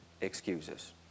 excuses